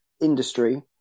industry